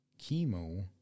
Chemo